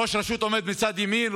ראש רשות עומד מצד ימין,